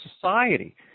society